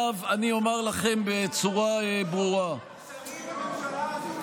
עכשיו אני אומר לכם בצורה ברורה: התופעה